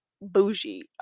bougie